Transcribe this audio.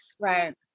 Right